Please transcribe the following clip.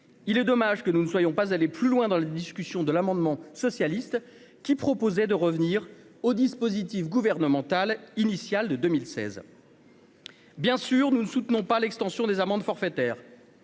il est dommage que nous ne soyons pas aller plus loin dans la discussion de l'amendement socialiste qui proposait de revenir au dispositif gouvernemental initial de 2016. Bien sûr nous ne soutenons pas l'extension des amendes forfaitaires.